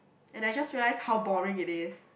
and I just realise how boring it is